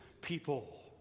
people